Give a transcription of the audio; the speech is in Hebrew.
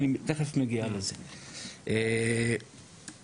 בשנה שעברה אחת לכמה